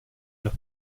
los